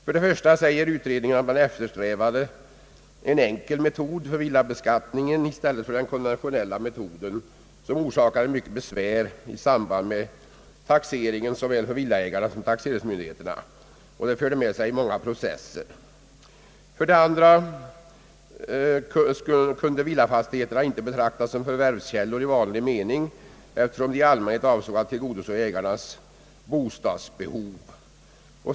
För det första säger utredningen, att man har eftersträvat en enkel metod för villabeskattningen i stället för den konventionella, som orsakat mycket besvär i samband med taxeringen både för villaägarna och taxeringsmyndigheterna och fört med sig många processer. För det andra kunde villafastigheterna inte betraktas som förvärvskällor i vanlig mening, eftersom ändamålet i allmänhet är att tillgodose ägarnas bostadsbehov.